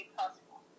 possible